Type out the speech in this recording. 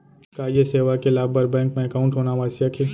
का ये सेवा के लाभ बर बैंक मा एकाउंट होना आवश्यक हे